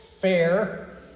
fair